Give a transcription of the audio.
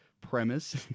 premise